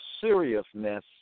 seriousness